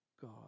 God